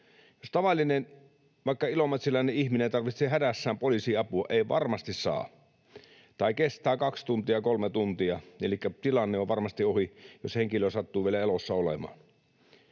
Jos tavallinen, vaikka ilomantsilainen, ihminen tarvitsee hädässään poliisin apua, ei varmasti saa tai kestää kaksi tuntia, kolme tuntia, elikkä tilanne on varmasti ohi, jos henkilö sattuu vielä elossa olemaan.